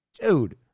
dude